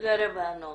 תודה רבה נגה.